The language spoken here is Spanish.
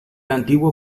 antiguo